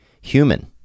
human